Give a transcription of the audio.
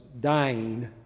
dying